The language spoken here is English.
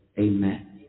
Amen